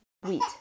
wheat